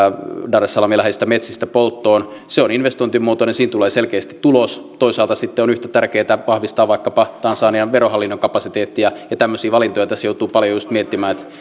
dar es salaamin läheisistä metsistä polttoon se on investointimuotoinen ja siinä tulee selkeästi tulos toisaalta sitten on yhtä tärkeätä vahvistaa vaikkapa tansanian verohallinnon kapasiteettia tämmöisiä valintoja tässä joutuu paljon just miettimään